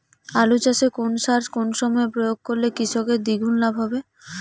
আলু চাষে কোন সার কোন সময়ে প্রয়োগ করলে কৃষকের দ্বিগুণ লাভ হবে?